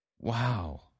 Wow